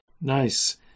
Nice